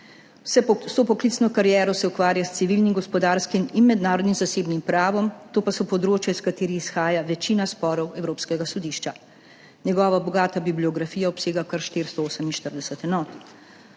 Vso poklicno kariero se ukvarja s civilnim, gospodarskim in mednarodnim zasebnim pravom, to pa so področja, s katerih izhaja večina sporov Evropskega sodišča. Njegova bogata bibliografija obsega kar 448 enot.